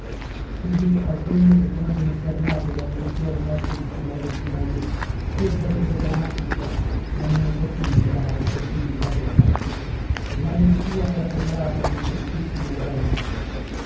così avvenne che quando messer lapo le annunziò le nozze di spinello spinelli fiordalisa tremò tutta ma non osò più negare la possibilità del fatto l'anima sua era preparata a quel tristissimo evento